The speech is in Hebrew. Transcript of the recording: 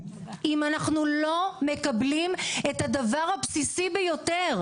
אם אנחנו לא מקבלים את הדבר הבסיסי ביותר,